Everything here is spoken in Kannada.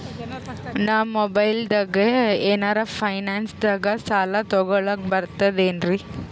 ನಾ ಮೊಬೈಲ್ದಾಗೆ ಏನರ ಫೈನಾನ್ಸದಾಗ ಸಾಲ ತೊಗೊಲಕ ಬರ್ತದೇನ್ರಿ?